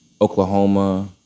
Oklahoma